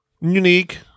unique